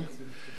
את העורף,